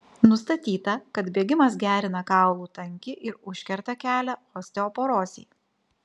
nustatyta kad bėgimas gerina kaulų tankį ir užkerta kelią osteoporozei